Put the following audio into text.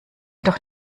doch